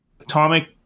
Atomic